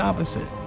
opposite.